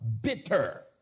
bitter